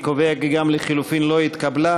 אני קובע כי גם ההסתייגות לחלופין לא התקבלה.